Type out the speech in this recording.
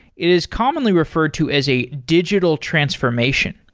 it is commonly referred to as a digital transformation.